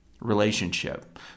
relationship